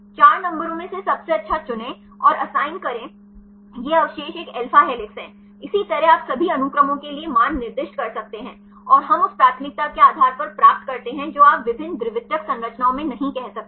4 नंबरों में से सबसे अच्छा चुनें और असाइन करें ये अवशेष एक अल्फा हेलिक्स है इसी तरह आप सभी अनुक्रमों के लिए मान निर्दिष्ट कर सकते हैं और हम उस प्राथमिकता के आधार पर प्राप्त करते हैं जो आप विभिन्न द्वितीयक संरचनाओं में नहीं कह सकते